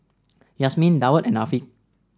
Yasmin Daud and Afiq